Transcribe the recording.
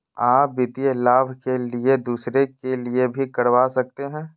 आ वित्तीय लाभ के लिए दूसरे के लिए भी करवा सकते हैं?